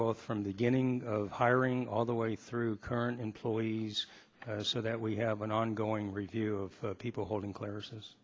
both from the beginning of hiring all the way through current employees so that we have an ongoing review of people holding clear